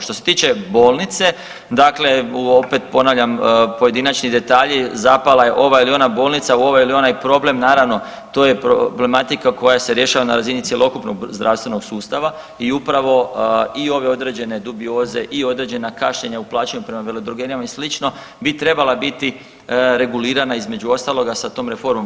Što se tiče bolnice dakle opet ponavljam pojedinačni detalji zapala je ova ili ona bolnica u ovaj ili onaj problem, naravno to je problematika koja se rješava na razini cjelokupnog zdravstvenog sustava i upravo i ove određene dubioze i određena kašnjenja u plaćanju prema veledrogerijama i slično bi trebala biti regulirana između ostaloga sa tom reformom.